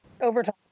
overtime